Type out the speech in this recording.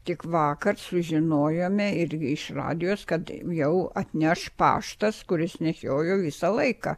tik vakar sužinojome irgi iš radijos kad jau atneš paštas kuris nešiojo visą laiką